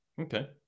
Okay